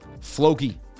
Floki